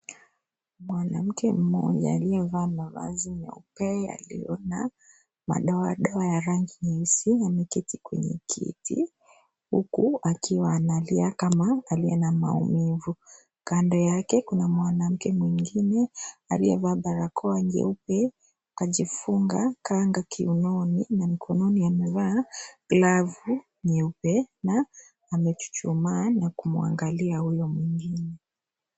Mwanamke mmoja aliyevaa mavazi meupe yaliyo na madoadoa ya rangi nyeusi ameketi kwenye kiti huku akiwa analia kama aliye na maumivu. Kando yake kuna mwanamke mwengine aliyevaa barakoa nyeupe, kajifunga kanga kiunoni na mikononi amevaa glavu nyeupe na amechuchumaa na kumwangalia huyo mwengine.